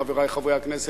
חברי חברי הכנסת,